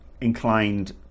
inclined